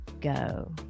go